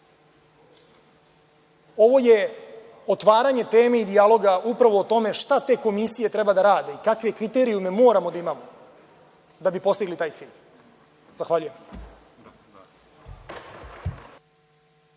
Ovo je otvaranje teme i dijaloga upravo o tome šta te komisije treba da rade i kakve kriterijume moramo da imamo da bi postigli taj cilj. Zahvaljujem.